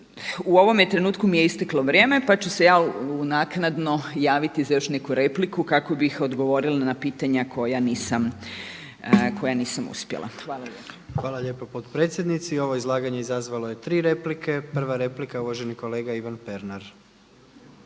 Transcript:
U ovome trenutku mi je isteklo vrijeme, pa ću se ja naknadno javiti za još neku repliku kako bih odgovorila na pitanja koja nisam uspjela. Hvala lijepa. **Jandroković, Gordan (HDZ)** Hvala lijepa potpredsjednici. Ovo izlaganje izazvalo je tri replike. Prva replika je uvaženi kolega Ivan Pernar.